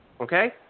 Okay